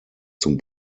zum